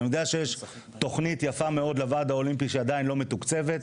אני יודע שיש תוכנית יפה מאוד לוועד האולימפי שעדיין לא מתוקצבת,